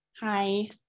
Hi